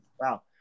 Wow